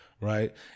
Right